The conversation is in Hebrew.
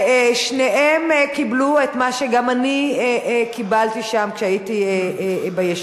ושניהם קיבלו את מה שגם אני קיבלתי שם כשהייתי בישיבה,